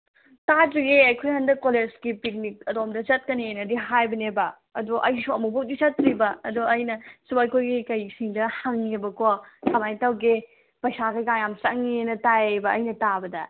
ꯇꯥꯗ꯭ꯔꯤꯌꯦ ꯑꯩꯈꯣꯏ ꯍꯟꯗꯛ ꯀꯣꯂꯦꯖꯀꯤ ꯄꯤꯛꯅꯤꯛ ꯑꯗꯣꯝꯗ ꯆꯠꯀꯅꯦꯅꯗꯤ ꯍꯥꯏꯕꯅꯦꯕ ꯑꯗꯣ ꯑꯩꯁꯨ ꯑꯃꯨꯛ ꯐꯥꯎꯗꯤ ꯆꯠꯇ꯭ꯔꯤꯕ ꯑꯗꯣ ꯑꯩꯅꯁꯨ ꯑꯩꯈꯣꯏꯒꯤ ꯀꯩꯁꯤꯡꯗ ꯍꯪꯉꯦꯕꯀꯣ ꯀꯃꯥꯏꯅ ꯇꯧꯒꯦ ꯄꯩꯁꯥ ꯀꯩꯀꯥ ꯌꯥꯝ ꯆꯪꯏꯅ ꯇꯥꯏꯌꯦꯕ ꯑꯩꯅ ꯇꯥꯕꯗ